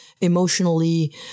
emotionally